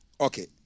Okay